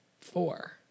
four